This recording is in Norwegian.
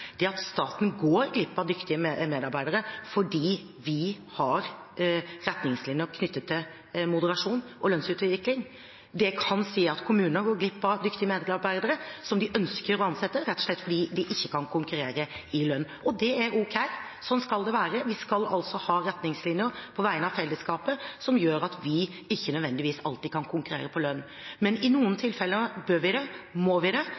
er at staten går glipp av dyktige medarbeidere fordi vi har retningslinjer knyttet til moderasjon og lønnsutvikling. Det jeg kan si, er at kommuner går glipp av dyktige medarbeidere som de ønsker å ansette, rett og slett fordi de ikke kan konkurrere når det gjelder lønn. Det er ok, sånn skal det være. Vi skal altså ha retningslinjer på vegne av fellesskapet, som gjør at vi ikke nødvendigvis alltid kan konkurrere når det gjelder lønn. Men i noen tilfeller bør vi det og må vi det,